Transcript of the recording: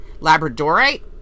labradorite